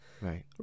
Right